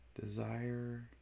Desire